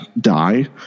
die